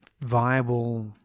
viable